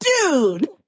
dude